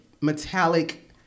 metallic